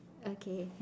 okay